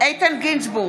איתן גינזבורג,